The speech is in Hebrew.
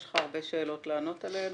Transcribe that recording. יש לך הרבה שאלות לענות עליהן,